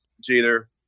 Jeter